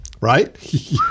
right